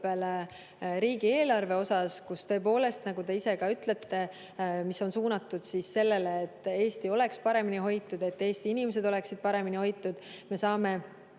riigieelarve osas, mis tõepoolest, nagu te ka ise ütlete, on suunatud sellele, et Eesti oleks paremini hoitud, et Eesti inimesed oleksid paremini hoitud, et me